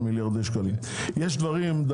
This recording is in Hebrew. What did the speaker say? היה הסדר